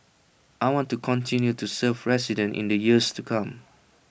I want to continue to serve residents in the years to come